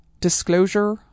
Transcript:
disclosure